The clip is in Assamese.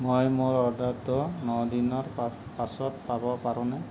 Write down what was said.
মই মোৰ অৰ্ডাৰটো ন দিনৰ পা পাছত পাব পাৰোঁনে